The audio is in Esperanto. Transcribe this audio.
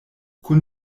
kun